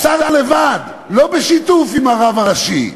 השר לבד, לא בשיתוף עם הרב הראשי.